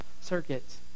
circuits